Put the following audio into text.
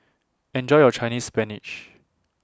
Enjoy your Chinese Spinach